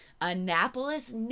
annapolis